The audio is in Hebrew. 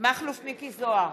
מכלוף מיקי זוהר,